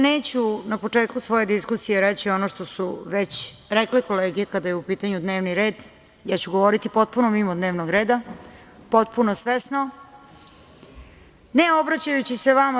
Neću na početku svoje diskusije reći ono što su već rekle kolege kada je u pitanju dnevni red, ja ću govoriti potpuno mimo dnevnog reda, potpuno svesno, ne obraćajući se vama.